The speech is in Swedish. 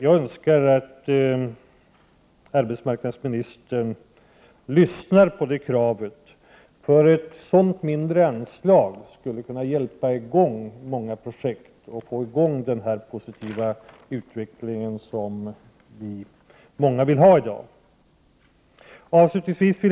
Jag önskar att arbetsmarknadsministern lyssnar på det kravet. Ett sådant mindre anslag skulle kunna hjälpa i gång många projekt och få i gång denna positiva utveckling som många vill ha i dag.